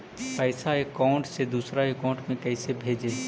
पैसा अकाउंट से दूसरा अकाउंट में कैसे भेजे?